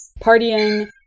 partying